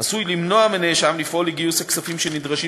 עשוי למנוע מנאשם לפעול לגיוס הכספים שנדרשים